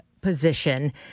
position